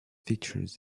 featured